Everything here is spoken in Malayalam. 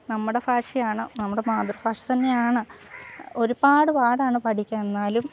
നമ്മുടെ ഭാഷയാണ് നമ്മുടെ മാതൃഭാഷ തന്നെയാണ് ഒരുപാട് പാടാണ് പഠിക്കാൻ എന്നാലും